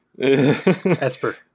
Esper